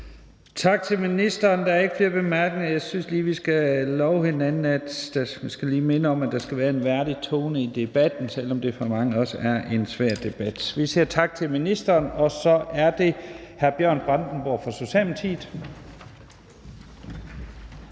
Tak til ministeren. Der er ikke flere korte bemærkninger. Jeg synes lige, at vi jeg skal love hinanden og minde hinanden om, at der skal være en værdig tone i debatten, selv om det for mange også er en svær debat. Vi siger tak til ministeren. Så er det hr. Bjørn Brandenborg fra Socialdemokratiet.